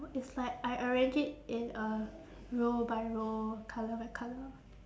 it's like I arrange it in a row by row colour by colour